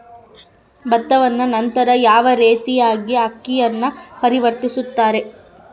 ಭತ್ತವನ್ನ ನಂತರ ಯಾವ ರೇತಿಯಾಗಿ ಅಕ್ಕಿಯಾಗಿ ಪರಿವರ್ತಿಸುತ್ತಾರೆ?